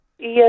Yes